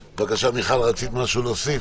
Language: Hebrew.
בבקשה, מיכל, רצית להוסיף משהו?